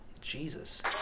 Jesus